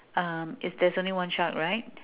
uh is there is only one shark right